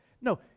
no